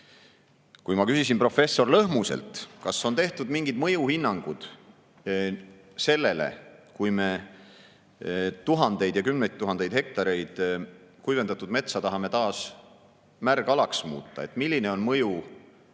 Kui ma küsisin professor Lõhmuselt, kas on tehtud mingid mõjuhinnangud selle kohta, kui me tuhandeid ja kümneid tuhandeid hektareid kuivendatud metsa tahame taas märgalaks muuta, et milline on siis mõju